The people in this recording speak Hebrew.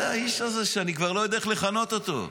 זה האיש הזה שאני כבר לא יודע איך לכנות אותו.